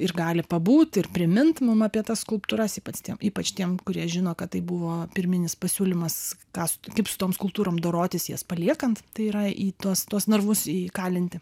ir gali pabūt ir primint mum apie tas skulptūras ypač ties ypač tiem kurie žino kad tai buvo pirminis pasiūlymas kas kaip su tom kultūrom dorotis jas paliekant tai yra į tuos tuos narvus įkalinti